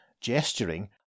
gesturing